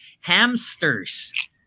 Hamsters